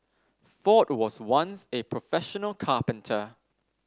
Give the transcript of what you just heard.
ford was once a professional carpenter